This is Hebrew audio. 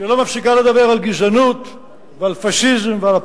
שלא מפסיקה לדבר על גזענות ועל פאשיזם ועל אפרטהייד.